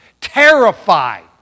terrified